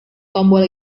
tombol